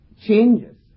changes